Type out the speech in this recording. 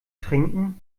trinken